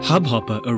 Hubhopper